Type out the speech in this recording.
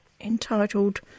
entitled